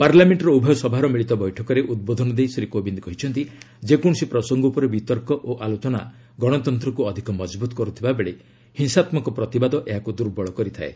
ପାର୍ଲାମେଣ୍ଟର ଉଭୟ ସଭାର ମିଳିତ ବୈଠକରେ ଉଦ୍ବୋଧନ ଦେଇ ଶ୍ରୀ କୋବିନ୍ଦ କହିଛନ୍ତି ଯେକୌଣସି ପ୍ରସଙ୍ଗ ଉପରେ ବିତର୍କ ଓ ଆଲୋଚନା ଗଣତନ୍ତ୍ରକୁ ଅଧିକ ମଜବୁତ କରୁଥିବା ବେଳେ ହିଂସାତ୍କକ ପ୍ରତିବାଦ ଏହାକୁ ଦୂର୍ବଳ କରିଥାଏ